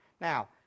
Now